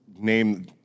Name